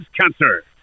Cancer